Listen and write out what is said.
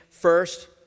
First